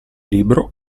libro